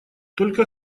только